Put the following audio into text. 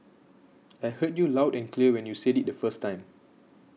I heard you loud and clear when you said it the first time